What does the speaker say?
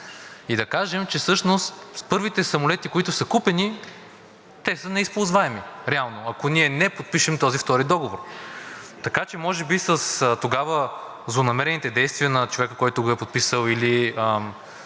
и да кажем, че всъщност първите самолети, които са купени, те реално са неизползваеми, ако ние не подпишем този втори договор. Така че, може би тогава със злонамерените действия на човека, който го е подписал, или